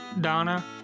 Donna